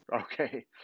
Okay